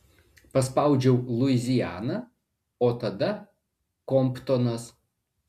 paspaudžiau luiziana o tada komptonas